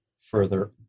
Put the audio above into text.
further